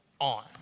on